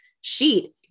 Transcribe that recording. sheet